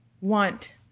want